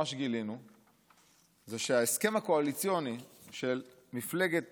מה שגילינו זה שההסכם הקואליציוני של מפלגת